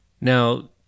Now